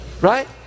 Right